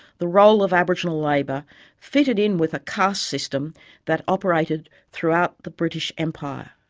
the role of aboriginal labour fitted in with a caste system that operated throughout the british empire.